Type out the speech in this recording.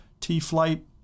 T-Flight